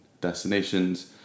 destinations